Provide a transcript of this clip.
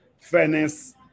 fairness